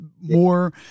more